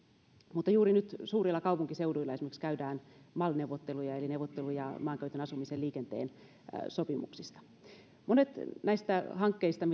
mutta juuri nyt esimerkiksi suurilla kaupunkiseuduilla käydään mal neuvotteluja eli neuvotteluja maankäytön asumisen ja liikenteen sopimuksista monet näistä ajatelluista hankkeista